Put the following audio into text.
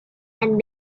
and